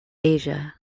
asia